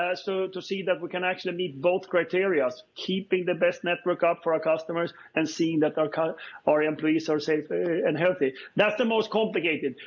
so to see that we can actually meet both criterias, keeping the best network up for our customers. and seeing that our kind of our employees are safe and healthy. that's the most complicated.